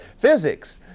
physics